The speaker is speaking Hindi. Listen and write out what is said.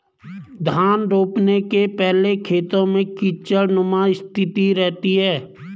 धान रोपने के पहले खेत में कीचड़नुमा स्थिति रहती है